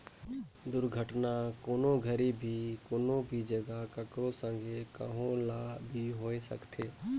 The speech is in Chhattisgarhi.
दुरघटना, कोनो घरी भी, कोनो भी जघा, ककरो संघे, कहो ल भी होए सकथे